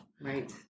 Right